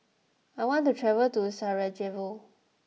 I want to travel to Sarajevo